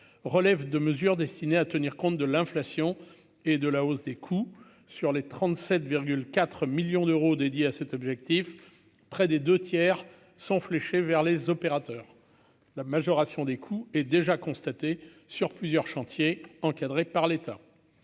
relève de mesures destinées à tenir compte de l'inflation et de la hausse des coûts sur les 37 4 millions d'euros dédié à cet objectif, près des 2 tiers sont fléchés vers les opérateurs, la majoration des coûts et déjà constaté sur plusieurs chantiers, encadré par l'État